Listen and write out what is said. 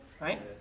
right